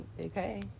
Okay